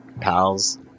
PALs